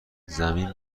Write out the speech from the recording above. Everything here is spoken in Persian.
زمین